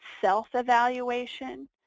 self-evaluation